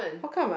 how come ah